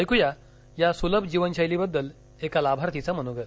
ऐक्या या सुलभ जीवनशैलीबद्दल एक लाभार्थीचं मनोगत